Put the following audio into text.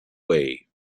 way